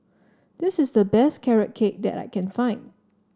this is the best Carrot Cake that I can find